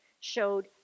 showed